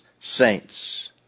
saints